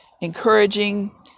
encouraging